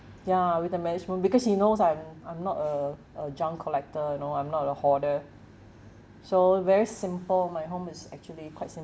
ya with the management because he knows I'm I'm not a a junk collector you know I'm not a hoarder so very simple my home is actually quite simple